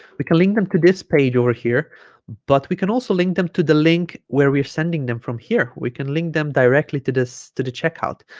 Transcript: we can link them to this page over here but we can also link them to the link where we're sending them from here we can link them directly to this to the checkout